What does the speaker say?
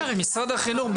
משרד החינוך,